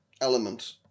element